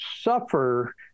suffer